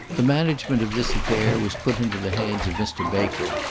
the management of this affair was put into the hands of mr. baker,